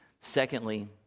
Secondly